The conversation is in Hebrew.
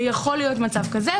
זה יכול להיות מצב כזה,